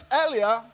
earlier